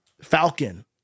Falcon